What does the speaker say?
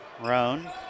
Roan